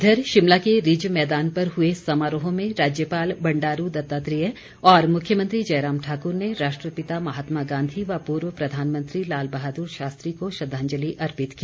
इधर शिमला के रिज मैदान पर हुए समारोह में राज्यपाल बंडारू दत्तात्रेय और मुख्यमंत्री जयराम ठाकुर ने राष्ट्रपिता महात्मा गांधी व पूर्व प्रधानमंत्री लाल बहादुर शास्त्री को श्रद्वांजलि अर्पित की